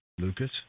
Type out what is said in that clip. Lucas